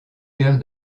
cœur